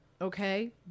Okay